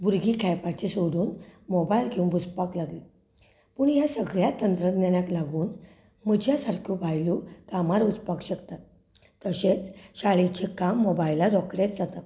भुरगीं खेळपाचें सोडून मोबायल घेवन बसपाक लागलीं पूण ह्या सगळ्यांत तंत्रज्ञानाक लागून म्हज्या सारक्यो बायलो कामार वचपाक शकतात तशेंच शाळेचें काम मोबायलार रोकडेंच जाता